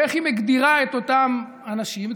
ואיך היא מגדירה את אותם אנשים?